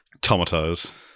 Tomatoes